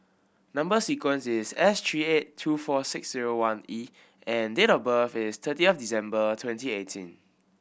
number sequence is S three eight two four six zero one E and date of birth is thirty of December twenty eighteen